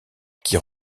qui